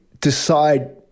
decide